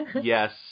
Yes